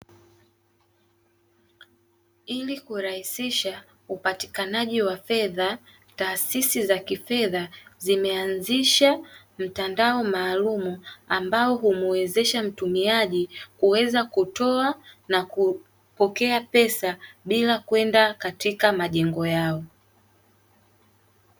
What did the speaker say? Ili kurahisisha upatikanaji wa fedha, taasisi za kifedha zimeanzisha mtandao maalumu, ambao humuwezesha mtumiaji kuweza kutoa na kupokea pesa bila kwenda katika majengo yao.